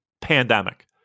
pandemic